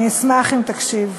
אשמח אם תקשיב.